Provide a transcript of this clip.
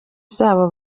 zabo